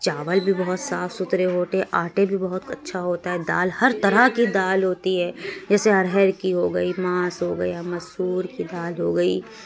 چاول بھی بہت صاف ستھرے ہوتے ہیں آٹے بھی بہت اچھا ہوتا ہے دال ہر طرح کی دال ہوتی ہے جیسے ارہر کی ہوگئی ماس ہو گیا مسور کی دال ہوگئی